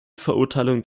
verurteilung